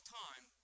time